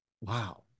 Wow